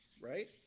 right